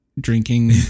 drinking